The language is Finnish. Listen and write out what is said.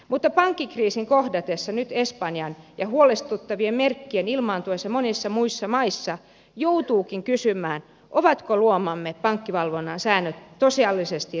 mutta pankkikriisin kohdatessa nyt espanjan ja huolestuttavien merkkien ilmaantuessa monissa muissa maissa joutuukin kysymään ovatko luomamme pankkivalvonnan säännöt tosiasiallisesti riittävät tai oikeat